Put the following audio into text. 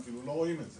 אפילו לא רואים את זה,